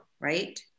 right